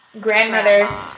grandmother